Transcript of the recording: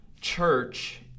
church